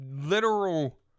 literal